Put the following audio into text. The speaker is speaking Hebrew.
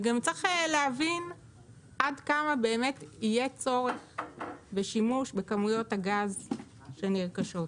צריך להבין עד כמה באמת יהיה צורך בשימוש בכמויות הגז שנרכשות.